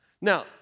Now